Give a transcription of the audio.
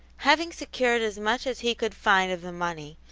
having secured as much as he could find of the money,